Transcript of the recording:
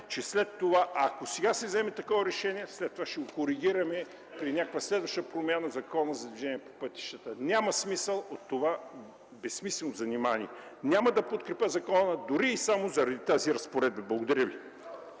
че, ако сега се вземе такова решение, след това ще го коригираме при някаква следваща промяна на Закона за движение по пътищата. Няма смисъл от това безсмислено занимание. Няма да подкрепя закона дори и само заради тази разпоредба. Благодаря Ви.